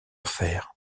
fer